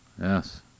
Yes